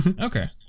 Okay